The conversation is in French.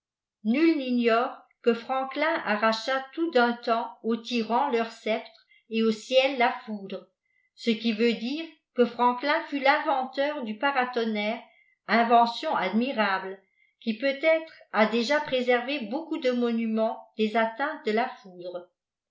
nul n'ignore que francklin arracha tout d'un tenvps aux tyrans leur sceptre et au eiel la foudre ce qui veut dire que frandlin fut linventeur du paratonnerre invention admirable qui peut-être a déjà préservé beaucoup de monuments des atteintes de la foudre